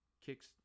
kicks